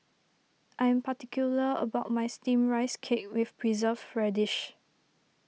I am particular about my Steamed Rice Cake with Preserved Radish